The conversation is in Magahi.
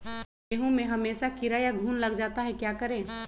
गेंहू में हमेसा कीड़ा या घुन लग जाता है क्या करें?